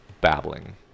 babbling